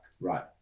Right